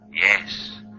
Yes